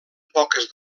poques